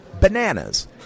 bananas